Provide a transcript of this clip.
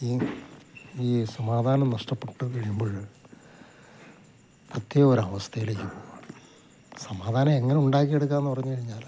ഈ സമാധാനം നഷ്ടപ്പെട്ട് കഴിയുമ്പോൾ ഇത്തരം ഒരു അവസ്ഥയിലേക്ക് പോകുവാണ് സമാധാനം എങ്ങനെ ഉണ്ടാക്കിയെടുക്കാന്ന് പറഞ്ഞു കഴിഞ്ഞാൽ